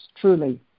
truly